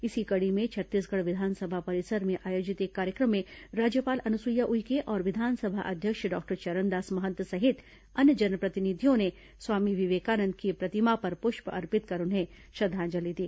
इसी कड़ी में छत्तीसगढ़ विधानसभा परिसर में आयोजित एक कार्यक्रम में राज्यपाल अनुसुईया उइके और विधानसभा अध्यक्ष डॉक्टर चरणदास महंत सहित अन्य जनप्रतिनिधियों ने स्वामी विवेकानंद की प्रतिमा पर पृष्प अर्पित कर उन्हें श्रद्वांजलि दी